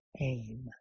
Aim